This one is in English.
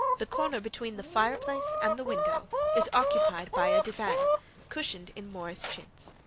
the corner between the fireplace and the window is occupied by a divan cushioned in morris chintz.